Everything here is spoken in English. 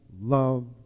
love